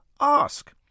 ask